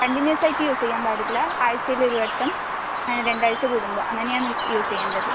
continuous ആയിട്ട് use ചെയ്യാൻ പാടില്ല ആഴ്ചയിൽ ഒരു വട്ടം അങ്ങനെ രണ്ടാഴ്ച കൂടുമ്പോൾ അങ്ങനെയാന്ന് യൂസ് ചെയ്യേണ്ടത്